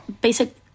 basic